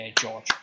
George